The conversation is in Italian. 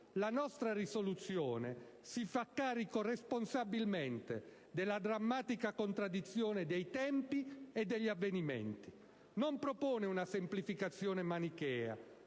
la nostra risoluzione si fa carico responsabilmente della drammatica contraddizione dei tempi e degli avvenimenti. Non propone una semplificazione manichea.